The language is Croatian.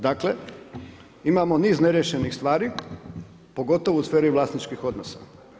Dakle, imamo niz neriješenih stvari, pogotovo u sferi vlasničkih odnosa.